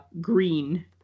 green